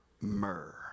Myrrh